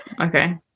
Okay